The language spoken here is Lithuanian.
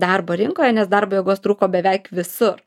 darbo rinkoje nes darbo jėgos trūko beveik visur